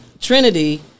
Trinity